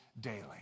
daily